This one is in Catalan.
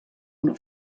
una